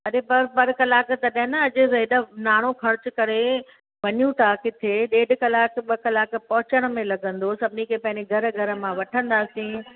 अरे पर पर कलाक तॾहिं न अॼु एॾो नाणो ख़र्चु करे वञूं था किथे ॾेढ कलाक ॿ कलाक पहुचण में लगंदो सभिनी खे पहिरीं घर घर मां वठंदासीं